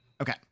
Okay